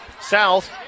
South